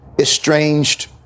estranged